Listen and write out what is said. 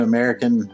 American